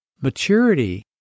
maturity